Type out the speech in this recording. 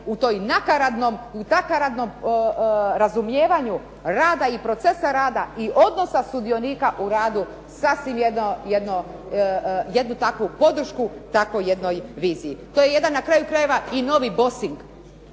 u tom nakaradnom razumijevanju rada i procesa rada i odnosa sudionika u radu sasvim jednu takvu podršku tako jednoj viziji. To je jedan na kraju krajeva i novi bossing,